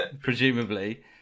presumably